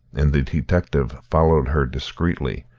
and the detective followed her discreetly,